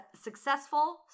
successful